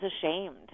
ashamed